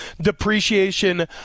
depreciation